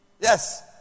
Yes